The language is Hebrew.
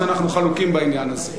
אז אנחנו חלוקים בעניין הזה.